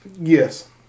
Yes